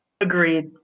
Agreed